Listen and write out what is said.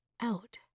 out